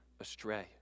astray